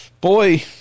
boy